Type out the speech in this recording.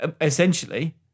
essentially